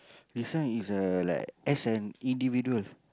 this one is uh like as an individual